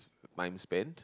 mine spent